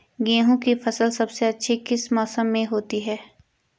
गेहूँ की फसल सबसे अच्छी किस मौसम में होती है